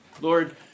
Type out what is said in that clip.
Lord